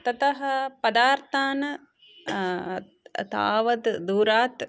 ततः पदार्थान् तावत् दूरात्